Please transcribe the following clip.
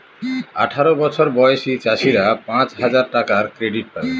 আঠারো বছর বয়সী চাষীরা পাঁচ হাজার টাকার ক্রেডিট পাবে